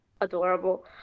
adorable